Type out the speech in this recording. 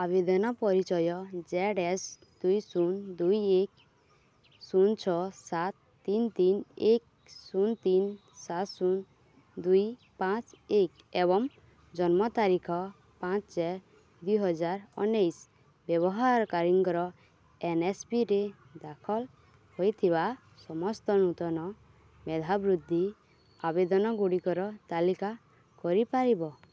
ଆବେଦନ ପରିଚୟ Z S ଦୁଇ ଶୂନ ଦୁଇ ଏକ ଶୂନ ଛଅ ସାତ ତିନି ତିନି ଏକ ଶୂନ ତିନି ସାତ ଶୂନ ଦୁଇ ପାଞ୍ଚ ଏକ ଏବଂ ଜନ୍ମ ତାରିଖ ପାଞ୍ଚ ଚାରି ଦୁଇ ହଜାର ଉନେଇଶି ବ୍ୟବହାରକାରୀଙ୍କ ଏନ୍ଏସ୍ପିରେ ଦାଖଲ ହୋଇଥିବା ସମସ୍ତ ନୂତନ ମେଧାବୃତ୍ତି ଆବେଦନଗୁଡ଼ିକର ତାଲିକା କରିପାରିବ